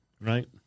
right